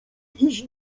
iść